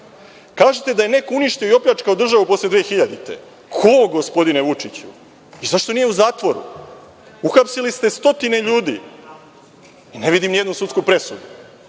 da je neko uništio i opljačkao državu posle 2000. godine. Ko, gospodine Vučiću? Zašto nije u zatvoru? Uhapsili ste stotine ljudi. Ne vidim ni jednu sudsku presudu.